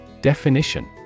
Definition